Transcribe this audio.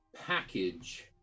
package